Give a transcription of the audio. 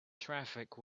traffic